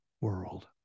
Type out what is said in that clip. world